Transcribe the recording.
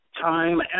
time